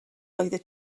oeddet